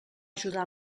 ajudar